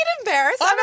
embarrassed